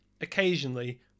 occasionally